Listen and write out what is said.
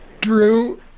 Drew